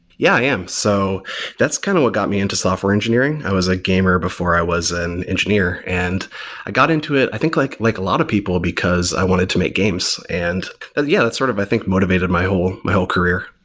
yeah, i am. so that's kind of what got me into software engineering. i was a gamer before i was an engineer, and i got into it i think like like a lot of people, because i wanted to make games. and yeah, that's sort of i think motivated my whole my whole career.